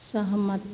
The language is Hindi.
सहमत